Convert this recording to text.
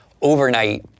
overnight